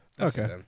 Okay